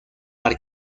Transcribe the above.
para